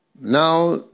Now